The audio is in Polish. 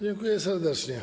Dziękuję serdecznie.